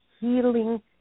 healing